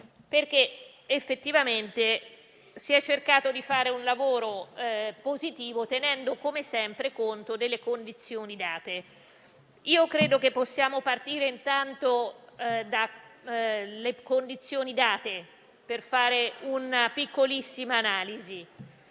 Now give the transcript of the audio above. perché effettivamente si è cercato di fare un lavoro positivo, tenendo come sempre conto delle condizioni date. Credo che possiamo partire proprio da queste condizioni date per fare una breve analisi.